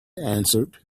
answered